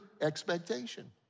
expectation